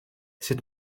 sut